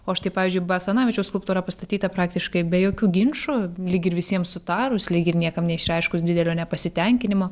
o štai pavyzdžiui basanavičiaus skulptūra pastatyta praktiškai be jokių ginčų lyg ir visiem sutarus lyg ir niekam neišreiškus didelio nepasitenkinimo